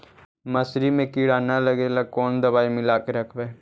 मसुरी मे किड़ा न लगे ल कोन दवाई मिला के रखबई?